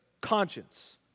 conscience